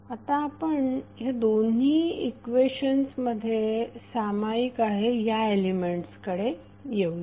तर आता आपण दोन्ही इक्वेशन्समध्ये सामायिक आहे या एलिमेंट्सकडे येऊया